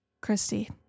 christy